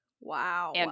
Wow